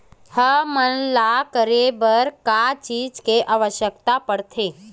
हमन ला करे बर का चीज के आवश्कता परथे?